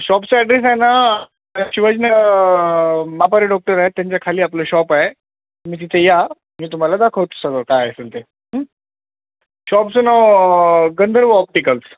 शॉपचं ॲड्रेस आहे ना शिवजन मापारी डॉक्टर आहेत त्यांच्या खाली आपलं शॉप आहे तुम्ही तिथे या मी तुम्हाला दाखवतो सगळं काय असेल ते शॉपचं नाव गंधर्व ऑप्टिकल्स